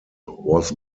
was